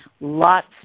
Lots